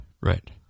Right